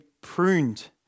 pruned